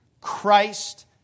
Christ